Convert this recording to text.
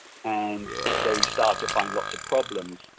and they start to find lots of problems